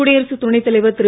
குடியரசுத் துணைத் தலைவர் திரு